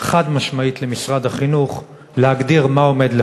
חד-משמעית למשרד החינוך להגדיר מה עומד לפנינו: